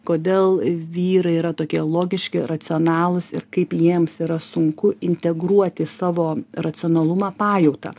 kodėl vyrai yra tokie logiški racionalūs ir kaip jiems yra sunku integruoti savo racionalumą pajautą